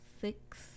six